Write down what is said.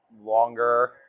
longer